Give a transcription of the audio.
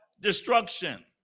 destruction